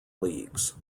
leagues